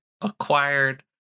acquired